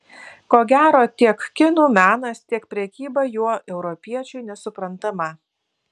ko gero tiek kinų menas tiek prekyba juo europiečiui nesuprantama